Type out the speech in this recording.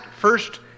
first